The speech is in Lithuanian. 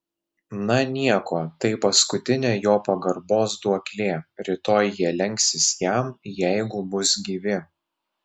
na nieko tai paskutinė jo pagarbos duoklė rytoj jie lenksis jam jeigu bus gyvi